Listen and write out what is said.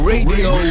Radio